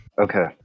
Okay